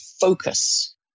focus